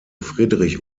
friedrich